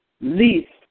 Least